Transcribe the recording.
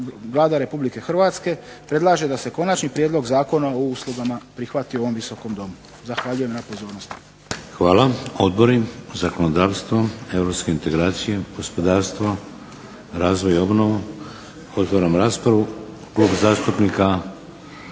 Hvala. Odbori? Zakonodavstvo, europske integracije, gospodarstvo, razvoj i obnovu? Otvaram raspravu.